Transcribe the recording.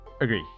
Agree